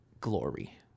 glory